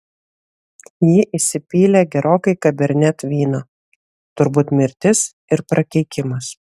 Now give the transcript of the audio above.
ji įsipylė gerokai cabernet vyno turbūt mirtis ir prakeikimas